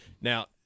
Now